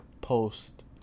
post